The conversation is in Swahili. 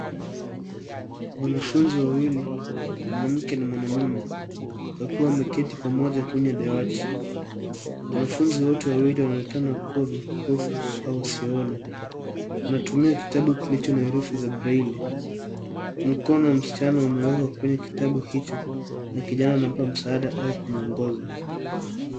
Wanafunzi wawili, mwanamke na mwanaume wakiwa wameketi pamoja kwenye dawati. Wanafunzi wote wawili wanaonekana kuwa vipofu au wasioona. Wanatumia kitabu kilicho na herufi za braille . Mkono wa msichana umewekwa kwenye kitabu hicho na kijana anampa msaada au kumwongoza.